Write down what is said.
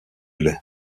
lait